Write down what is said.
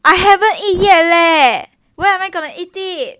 I haven't eat yet leh when am I gonna eat it